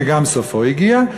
וגם סופו הגיע.